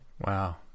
Wow